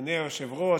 אדוני היושב-ראש,